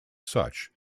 such